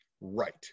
Right